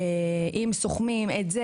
אם סוכמים את זה,